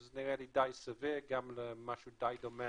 שזה נראה לי די סביר גם למשהו דומה